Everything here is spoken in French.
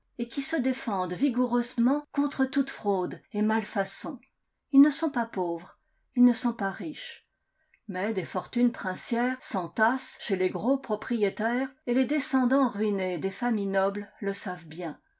et qui se défendent vigoureusement contre toute fraude et malfaçon ils ne sont pas pauvres ils ne sont pas riches mais des fortunes princières s'entassent chez les gros propriétaires et les descendants ruinés des familles nobles le savent bien